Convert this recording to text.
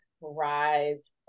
rise